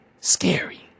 scary